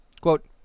Quote